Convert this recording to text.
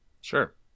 Sure